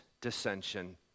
Dissension